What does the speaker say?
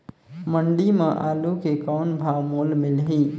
मंडी म आलू के कौन भाव मोल मिलही?